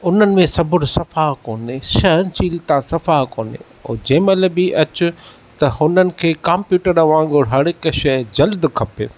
उन्हनि में सबुरु सफ़ा कोने सहनशीलता सफ़ा कोने ऐं जंहिं महिल बि अचु त हुननि खे कंप्यूटर वांगुरु हर हिकु शइ जल्द खपे